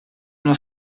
uno